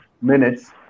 minutes